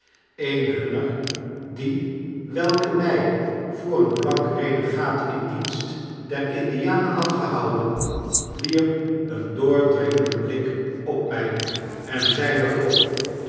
een hunner die welke my voor een blank renegaat in dienst der indianen had gehouden wierp een doordringenden blik op mij en zeide grof